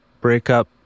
breakup